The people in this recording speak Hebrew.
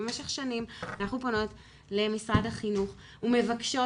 במשך שנים אנחנו פונות למשרד החינוך ומבקשות